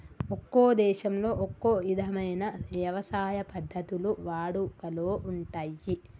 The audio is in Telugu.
ఒక్కో దేశంలో ఒక్కో ఇధమైన యవసాయ పద్ధతులు వాడుకలో ఉంటయ్యి